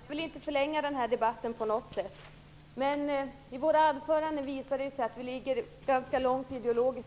Fru talman! Jag vill inte förlänga debatten på något sätt. Men våra anföranden visar att vi ideologiskt ligger ganska långt